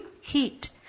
heat